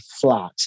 flat